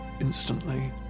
instantly